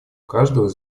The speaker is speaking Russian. каждого